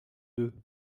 deux